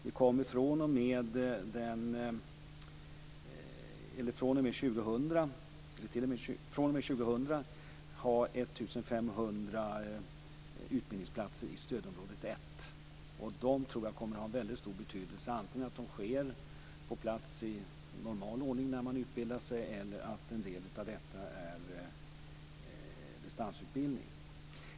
Vi kommer fr.o.m. år 2000 att ha 1 500 utbildningsplatser i stödområde 1. Jag tror att de kommer att ha en väldigt stor betydelse. Utbildningen kan antingen ske på plats i normal ordning eller i form av distansutbildning.